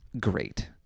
great